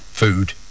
Food